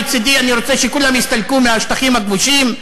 מצדי אני רוצה שכולם יסתלקו מהשטחים הכבושים,